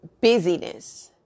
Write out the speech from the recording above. busyness